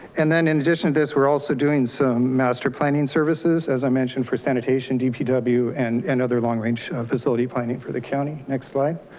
and then in addition to this, we're also doing some master planning services, as i mentioned, for sanitation, dpw, and and other long range facility planning for the county. next slide.